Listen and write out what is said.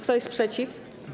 Kto jest przeciw?